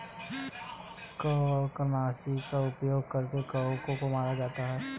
कवकनाशी का उपयोग कर कवकों को मारा जाता है